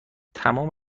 تمام